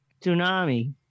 tsunami